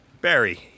Barry